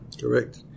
Correct